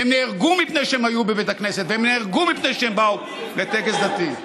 הם נהרגו מפני שהם היו בבית הכנסת והם נהרגו מפני שהם באו לטקס דתי.